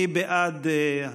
מי בעד?